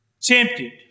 tempted